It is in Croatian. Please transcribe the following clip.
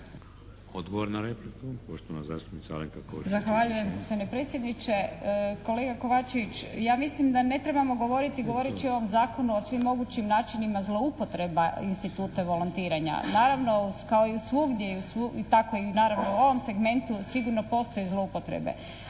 Odgovor na repliku poštovana zastupnica Alenka Košiša